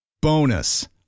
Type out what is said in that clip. Bonus